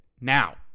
Now